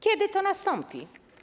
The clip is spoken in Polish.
Kiedy to nastąpi?